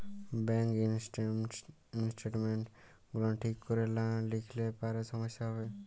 bank statements গুলান ঠিক ক্যরে লা লিখলে পারে সমস্যা হ্যবে